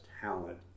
talent